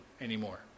anymore